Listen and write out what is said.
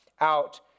out